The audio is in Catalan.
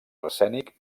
arsènic